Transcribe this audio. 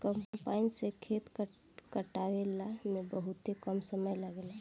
combine से खेत कटावला में बहुते कम समय लागेला